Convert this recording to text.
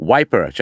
Wiper